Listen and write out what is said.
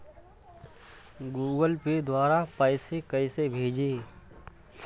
Google Pay द्वारा पैसे कैसे भेजें?